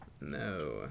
No